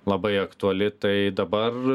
labai aktuali tai dabar